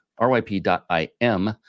ryp.im